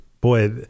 boy